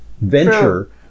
venture